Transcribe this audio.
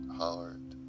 hard